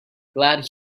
glad